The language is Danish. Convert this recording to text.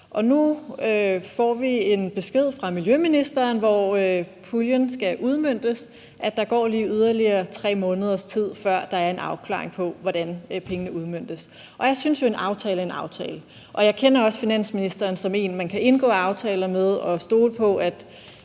nu får vi en besked fra miljøministeren, som skal udmønte puljen, om, at der lige går yderligere 3 måneders tid, før der er en afklaring på, hvordan pengene udmøntes. Jeg synes jo, at en aftale er en aftale, og jeg kender også finansministeren som en, man kan indgå aftaler med, og hvor man